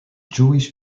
jewish